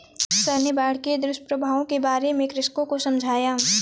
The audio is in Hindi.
सर ने बाढ़ के दुष्प्रभावों के बारे में कृषकों को समझाया